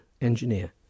Engineer